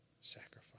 sacrifice